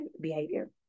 behavior